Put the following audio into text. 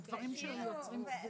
הסיפור של סעיף 30 נשאר.